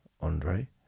Andre